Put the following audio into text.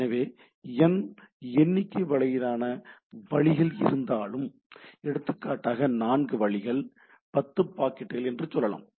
எனவே 'என்' எண்ணிக்கையிலான வழிகள் இருந்தால் எடுத்துக்காட்டாக 4 வழிகள் 10 பாக்கெட்டுகள் என்று சொல்லலாம்